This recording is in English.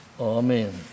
Amen